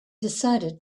decided